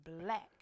black